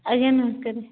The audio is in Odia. ଆଜ୍ଞା ନମସ୍କାର